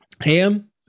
ham